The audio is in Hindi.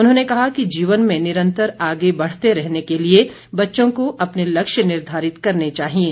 उन्होंने कहा कि जीवन में निरंतर आगे बढ़ते रहने के लिए बच्चों को अपने लक्ष्य निर्धारित करने चाहिएं